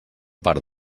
part